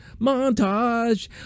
Montage